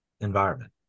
environment